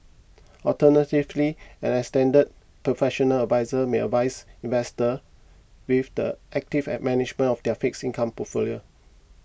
alternatively an extended professional adviser may advice investors with the active at management of their fixed income portfolios